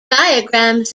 diagrams